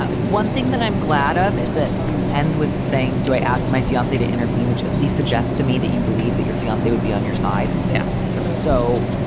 ah one thing that i'm glad of is that you end with saying, do i ask my fiancee to intervene, which at least suggests to me that you believe that your fiancee would be on your side. yes. and so.